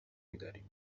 میداریم